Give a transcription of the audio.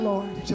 Lord